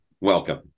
welcome